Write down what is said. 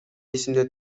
эсимде